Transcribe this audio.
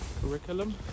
Curriculum